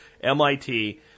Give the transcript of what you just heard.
MIT